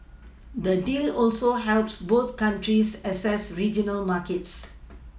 the deal also helps both countries access regional markets